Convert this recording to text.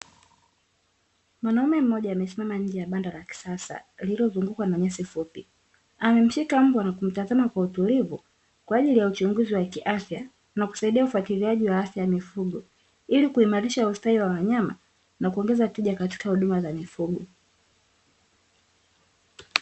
Mwanaume mmoja amesimama nje ya banda la kisasa, lililozungukwa na nyasi fupi. Amemshika mbwa na kumtazama kwa utulivu, kwa ajili ya uchunguzi wa kiafya na kusaidia ufuatiliaji wa afya ya mifugo. Ili kuimarisha ustawi wa wanyama na kuongeza tija katika huduma za mifugo.